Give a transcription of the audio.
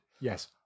Yes